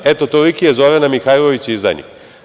Eto toliki je Zorana Mihajlović izdajnik.